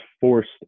forced